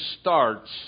starts